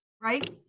Right